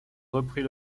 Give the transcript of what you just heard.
reprit